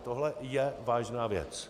Tohle je vážná věc.